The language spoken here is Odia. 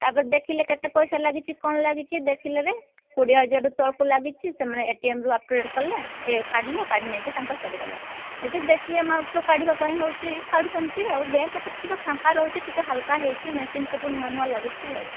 ତା'ପରେ ଦେଖିଲେ କେତେ ପଇସା ଲାଗିଛି କ'ଣ ଲାଗିଛି ଦେଖିଲେ ବି କୋଡ଼ିଏ ହଜାର ତଳକୁ ଲାଗିଛି ସେମାନେ ଏଟିଏମ୍ରୁ ଅପ୍ ଟୁ ଡେଟ୍ କଲେ ଏ କାଢ଼ିଲେ କାଢ଼ି ନେଇକି ତାଙ୍କର ଚାଲିଗଲେ ଯଦି ବେଶୀ ଆମାଉଣ୍ଟରୁ କାଢ଼ିବା ପାଇଁ ହେଉଛି କାଢ଼ୁଛନ୍ତି ଆଉ ବ୍ୟାଙ୍କ୍ ଏଥର ଟିକିଏ ଫାଙ୍କା ରହୁଛି ଟିକିଏ ହାଲୁକା ହେଇଛି ମେସିନ୍ ସବୁ ନୂଆ ନୂଆ ଲାଗୁଛି ଆଉ